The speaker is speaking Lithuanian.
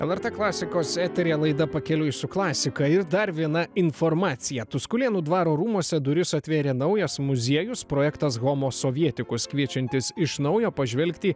lrt klasikos eteryje laida pakeliui su klasika ir dar viena informacija tuskulėnų dvaro rūmuose duris atvėrė naujas muziejus projektas homo sovietikus kviečiantis iš naujo pažvelgti